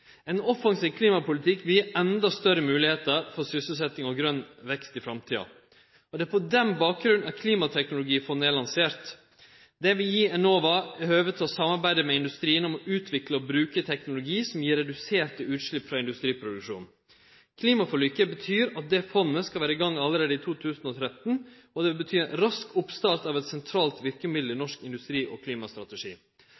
Ein offensiv klimapolitikk vil gje enda større moglegheit for sysselsetjing og grøn vekst i framtida. Det er på denne bakgrunnen klimateknologifondet er lansert. Det vil gje Enova høve til å samarbeide med industrien om å utvikle og bruke teknologi som gjev reduserte utslepp frå industriproduksjonen. Klimaforliket betyr at dette fondet skal vere i gang allereie i 2013. Det vil bety ein rask oppstart av eit sentralt verkemiddel i